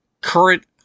current